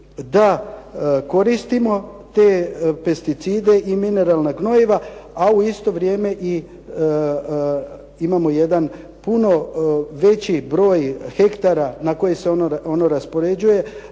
da koristimo te pesticide i mineralna gnojiva, a u isto vrijeme imamo jedan puno veći broj hektara na koje se ono raspoređuje